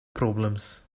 problems